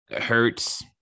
hurts